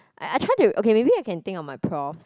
I try to okay maybe I can think of my profs